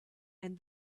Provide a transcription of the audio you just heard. and